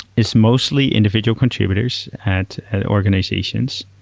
it's mostly individual contributors at at organizations.